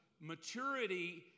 maturity